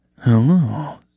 Hello